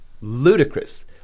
ludicrous